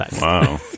Wow